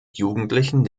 jugendlichen